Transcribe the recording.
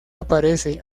aparece